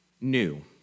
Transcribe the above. new